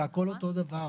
זה הכל אותו דבר.